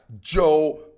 Joe